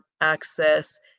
access